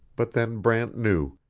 but then brant knew.